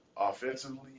Offensively